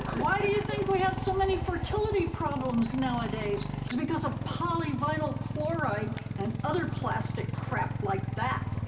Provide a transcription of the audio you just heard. why do you think we have so many fertility problems nowadays? it's because of polyvinyl chloride and other plastic crap like that.